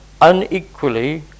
unequally